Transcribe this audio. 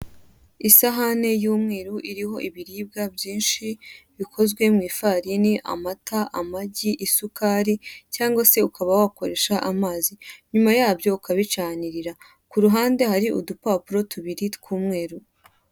Isahani y'umweru iriho ibiribwa byinshi bikoze mu ifarini, amata, amagi, isukari cyangwa se ukaba wakoresha amazi, nyuma yabyo ukabicanirira. Ku ruhande hari udupapuro tubiri tw'umweru.